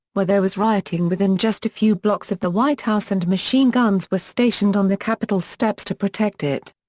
where there was rioting within just a few blocks of the white house and machine guns were stationed on the capitol steps to protect it.